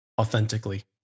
authentically